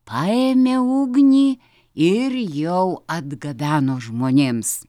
paėmė ugnį ir jau atgabeno žmonėms